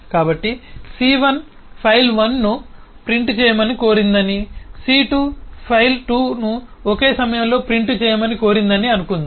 కాబట్టి C1 file1 ను print చేయమని కోరిందని మరియు C2 file2 ను ఒకే సమయంలో ప్రింట్ చేయమని కోరిందని అనుకుందాం